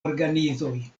organizoj